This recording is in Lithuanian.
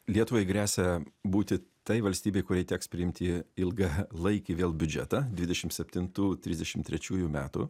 lietuvai gresia būti tai valstybei kuriai teks priimti ilgalaikį vėl biudžetą dvidešim septintų trisdešim trečiųjų metų